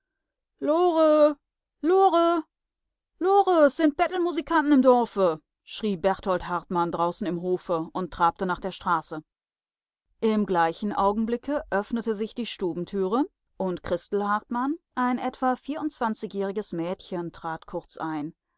lore lore lore es sind bettelmusikanten im dorfe schrie berthold hartmann draußen im hofe und trabte nach der straße im gleichen augenblicke öffnete sich die stubentüre und christel hartmann ein etwa vierundzwanzigjähriges mädchen trat kurz ein